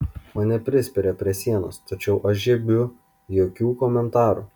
mane prispiria prie sienos tačiau aš žiebiu jokių komentarų